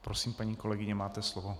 Prosím, paní kolegyně, máte slovo.